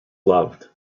loved